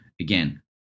Again